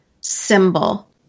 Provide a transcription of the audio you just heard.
symbol